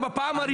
בנייר,